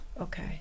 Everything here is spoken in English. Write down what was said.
Okay